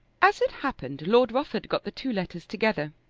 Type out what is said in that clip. as it happened, lord rufford got the two letters together,